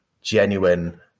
genuine